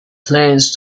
plans